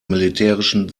militärischen